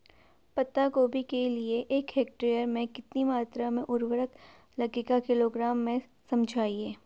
पत्ता गोभी के लिए एक हेक्टेयर में कितनी मात्रा में उर्वरक लगेगा किलोग्राम में समझाइए?